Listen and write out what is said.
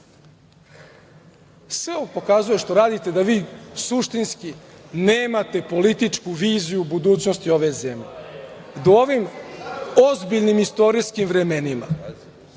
sve ovo pokazuje što radite da vi suštinski nemate političku viziju budućnosti ove zemlje. U ovim ozbiljnim istorijskim vremenima